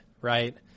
right